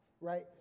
right